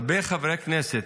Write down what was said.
הרבה חברי כנסת,